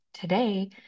today